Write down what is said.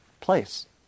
place